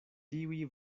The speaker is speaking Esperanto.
tiuj